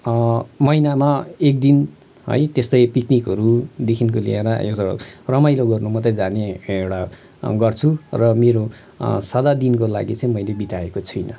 महिनामा एकदिन है त्यस्तै पिकनिकहरू देखिको लिएर एउटा रमाइलो गर्नु मात्र जाने एउटा गर्छु र मेरो सदादिनको लागि चाहिँ मैले बिताएको छुइनँ